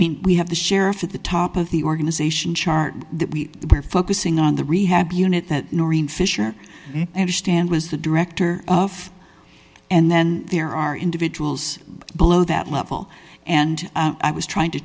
mean we have the sheriff at the top of the organization chart that we were focusing on the rehab unit that norrin fisher and stand was the director of and then there are individuals below that level and i was trying to